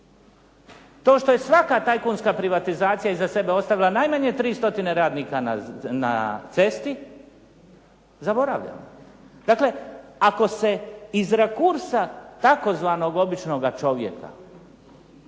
to što je svaka tajkunska privatizacija iza sebe ostavila najmanje 3 stotine radnika na cesti zaboravljate. Dakle, ako se iz rakursa tzv. običnoga čovjeka